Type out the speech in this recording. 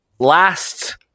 last